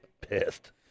pissed